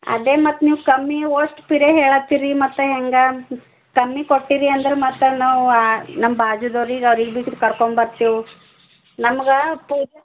ಅದೆ ಮತ್ತು ನೀವು ಕಮ್ಮಿ ಓಷ್ಟು ಹೇಳತ್ತೀರಿ ಮತ್ತೆ ಹೇಗಾ ಕಮ್ಮಿ ಕೊಟ್ಟಿರಿ ಅಂದ್ರೆ ಮತ್ತೆ ನಾವು ನಮ್ಮ ಬಾಜುದ ಅವ್ರಿಗೆ ಅವ್ರಿಗೆ ಭೀ ಕರ್ಕೊಂಡು ಬರ್ತೀವಿ ನಮ್ಗೆ ಪೂಜಾ